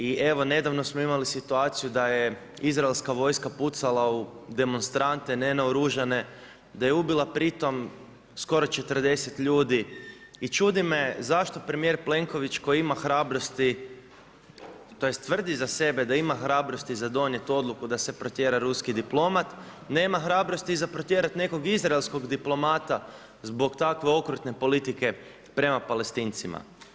I evo nedavno smo imali situaciju da je izraelska vojska pucala u demonstrante nenaoružane, da je ubila pri tom skoro 40 ljudi i čudi me zašto premijer Plenković koji ima hrabrosti tj. tvrdi za sebe da ima hrabrosti za donijet odluku da se protjera ruski diplomat, nema hrabrosti za protjerat nekog izraelskog diplomata zbog takve okrutne politike prema Palestincima.